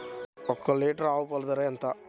ఒక్క లీటర్ ఆవు పాల ధర ఎంత?